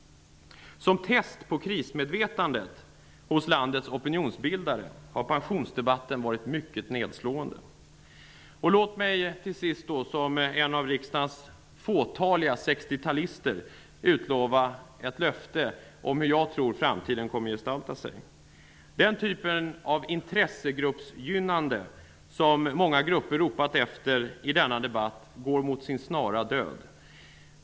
Som test på krismedvetandet hos landets opinionsbildare har pensionsdebatten varit mycket nedslående. Låt mig till sist, som en av riksdagens fåtaliga sextiotalister, berätta hur jag tror att framtiden kommer att gestalta sig. Den typen av intressegruppsgynnande som många grupper ropat efter i denna debatt går mot sin snara död.